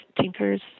Tinkers